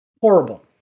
horrible